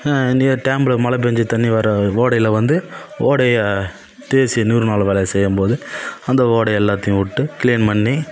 நீர் டேம்மில் மழை பேய்ஞ்சி தண்ணி வர ஓடையில் வந்து ஓடையை டிசி நூறு நாள் வேலையை செய்யும்போது அந்த ஓடை எல்லாத்தியும் விட்டு கிளீன் பண்ணி